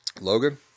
Logan